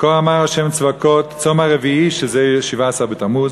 "כה אמר השם צבאות צום הרביעי" שזה 17 בתמוז,